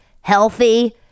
healthy